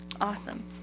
Awesome